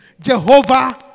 Jehovah